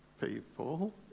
people